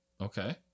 Okay